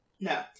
No